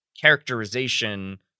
characterization